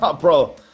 Bro